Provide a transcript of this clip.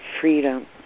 freedom